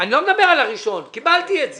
אני לא מדבר על הראשון, קיבלתי את זה.